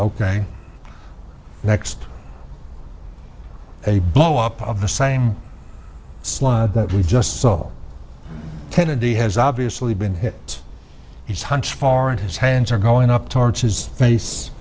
ok next a blow up of the same slide that we just saw kennedy has obviously been hit he's hunch far and his hands are going up towards his face